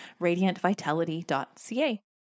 radiantvitality.ca